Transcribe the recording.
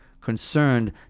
concerned